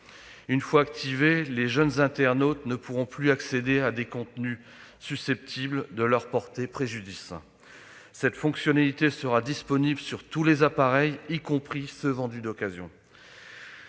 celui-ci activé, les jeunes internautes ne pourront plus consulter des contenus susceptibles de leur porter préjudice. Cette fonctionnalité sera disponible sur tous les appareils, y compris ceux vendus d'occasion.